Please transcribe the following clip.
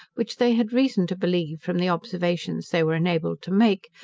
which they had reason to believe, from the observations they were enabled to make,